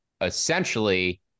essentially